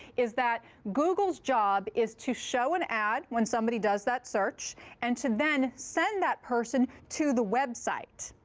is that google's job is to show an ad when somebody does that search and to then send that person to the website.